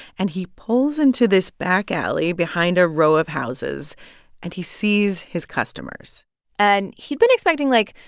and he pulls into this back alley behind a row of houses and he sees his customers and he'd been expecting, like,